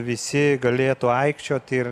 visi galėtų aikčiot ir